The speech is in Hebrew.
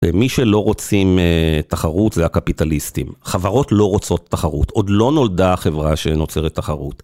ומי שלא רוצים תחרות זה הקפיטליסטים, חברות לא רוצות תחרות, עוד לא נולדה חברה שנוצרת תחרות.